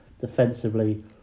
defensively